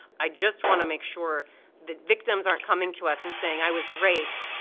i just want to make sure that victims aren't coming to us and saying i was raped.